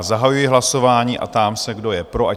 Zahajuji hlasování a ptám se, kdo je pro?